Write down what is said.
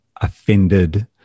offended